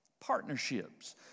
partnerships